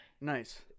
Nice